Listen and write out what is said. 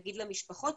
נגיד למשפחות,